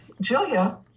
julia